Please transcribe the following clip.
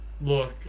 Look